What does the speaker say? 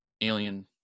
alien